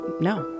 no